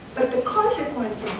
but the consequence